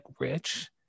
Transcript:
Rich